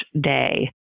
day